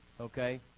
okay